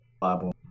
Bible